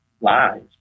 lies